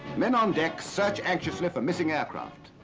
men on deck search anxiously for missing aircraft.